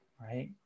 right